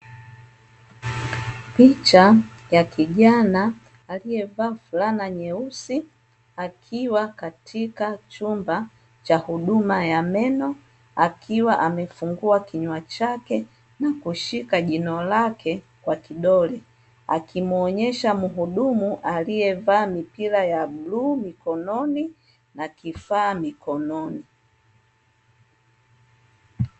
Picha ya kijana aliyevaa fulana nyeusi akiwa katika chumba cha huduma ya meno akiwa amefungua kinywa chake na kushika jino lake kwa kidole akimuonyesha mhudumu aliyevaa mipira ya bluu mikononi na kifaa mikononi.